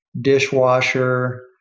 dishwasher